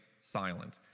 silent